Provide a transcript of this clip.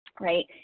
right